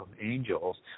angels